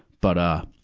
but, ah,